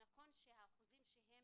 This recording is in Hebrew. נכון שהאחוזים שם